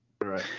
right